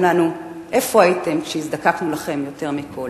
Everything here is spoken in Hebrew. לנו: איפה הייתם כשהזדקקנו לכם יותר מכול?